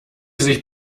sich